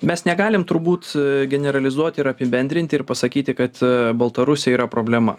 mes negalim turbūt generalizuoti ir apibendrinti ir pasakyti kad baltarusiai yra problema